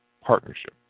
partnership